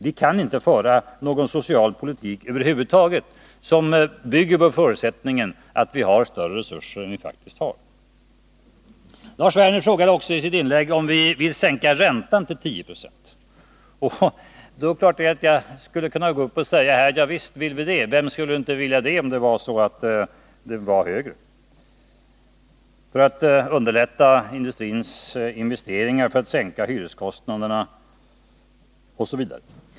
Vi kan inte föra någon social politik över huvud taget som bygger på förutsättningen att vi har större resurser än vi faktiskt har. Lars Werner frågade också i sitt inlägg om vi vill sänka räntan till 10 90. Det är klart att jag skulle kunna säga: Ja, visst vill vi det. Vem skulle inte vilja det, om räntan var högre, för att underlätta industrins investeringar, för att sänka hyreskostnaderna osv.?